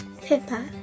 pippa